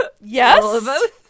yes